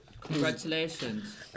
congratulations